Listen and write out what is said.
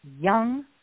young